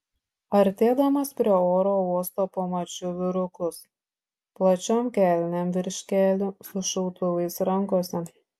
artėdamas prie oro uosto pamačiau vyrukus plačiom kelnėm virš kelių su šautuvais rankose